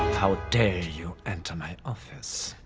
how ah dare you enter my office!